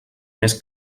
més